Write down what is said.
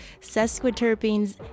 sesquiterpenes